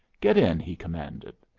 get in, he commanded.